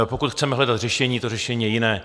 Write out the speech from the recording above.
Pokud chceme hledat řešení, to řešení jiné.